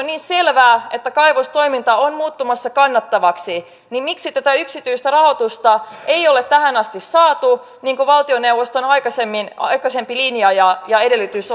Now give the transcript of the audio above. niin selvää että kaivostoiminta on muuttumassa kannattavaksi niin miksi tätä yksityistä rahoitusta ei ole tähän asti saatu niin kuin valtioneuvoston aikaisempi linja ja ja edellytys